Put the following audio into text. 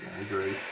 agree